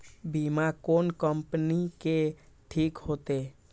बीमा कोन कम्पनी के ठीक होते?